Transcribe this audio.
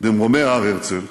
במרומי הר-הרצל,